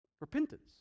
Repentance